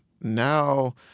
now